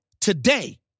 today